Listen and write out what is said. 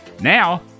now